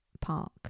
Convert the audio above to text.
park